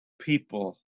people